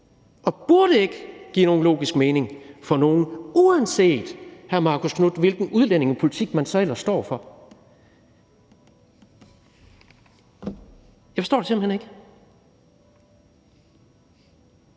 og burde ikke give nogen logisk mening for nogen, uanset, hr. Marcus Knuth, hvilken udlændingepolitik man så ellers står for. Jeg forstår det simpelt hen ikke.